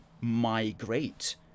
migrate